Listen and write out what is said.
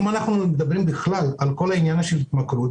אם מדברים על כל העניין של התמכרות,